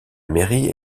mairie